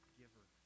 giver